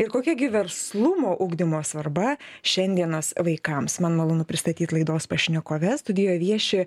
ir kokia gi verslumo ugdymo svarba šiandienos vaikams man malonu pristatyti laidos pašnekoves studijoje vieši